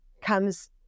comes